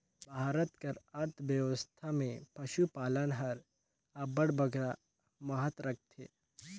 भारत कर अर्थबेवस्था में पसुपालन हर अब्बड़ बगरा महत रखथे